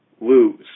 lose